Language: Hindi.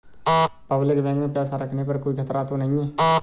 पब्लिक बैंक में पैसा रखने पर कोई खतरा तो नहीं है?